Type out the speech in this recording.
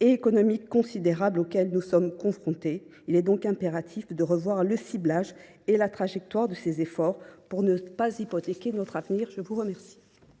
et économiques considérables auxquels nous sommes confrontés. Il est donc impératif de revoir le ciblage et la trajectoire des efforts pour ne pas hypothéquer notre avenir. La parole